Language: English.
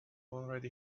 already